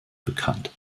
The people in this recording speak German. bekannt